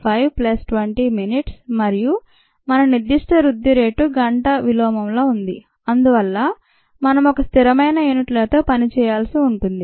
5 plus 20 నిమిషాలు మరియు మన నిర్దిష్ట వృద్ధి రేటు గంట విలోమంలో ఉంది అందువల్ల మనం ఒక స్థిరమైన యూనిట్ లతో పనిచేయాల్సి ఉంటుంది